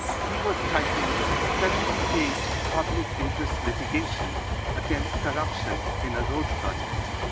he was typing a seventy page public interest litigation against corruption in a road project.